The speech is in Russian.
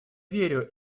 верю